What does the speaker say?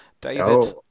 David